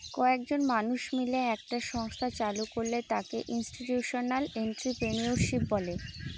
কয়েকজন মানুষ মিলে একটা সংস্থা চালু করলে তাকে ইনস্টিটিউশনাল এন্ট্রিপ্রেনিউরশিপ বলে